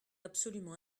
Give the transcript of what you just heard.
absolument